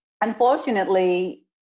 unfortunately